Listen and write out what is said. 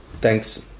Thanks